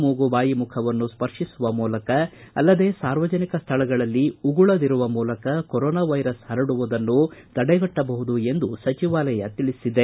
ಮೂಗು ಬಾಯಿ ಮುಖವನ್ನು ಸ್ಪರ್ಶಿಸುವ ಮೂಲಕ ಅಲ್ಲದೆ ಸಾರ್ವಜನಿಕ ಸ್ಥಳಗಳಲ್ಲಿ ಉಗುಳದಿರುವ ಮೂಲಕ ಕೊರೋನಾ ವೈರಸ್ ಪರಡುವುದನ್ನು ತಡೆಗಟ್ಟಬಹುದು ಎಂದು ಸಚಿವಾಲಯ ತಿಳಿಸಿದೆ